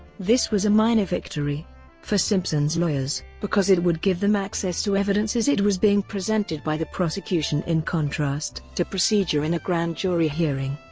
this was a minor victory for simpson's lawyers, because it would give them access to evidence as it was being presented by the prosecution in contrast to procedure in a grand jury hearing.